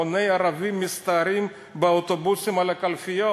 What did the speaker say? המוני ערבים מסתערים באוטובוסים על הקלפיות,